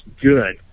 good